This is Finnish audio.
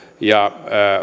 ja